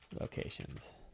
locations